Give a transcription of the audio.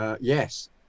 Yes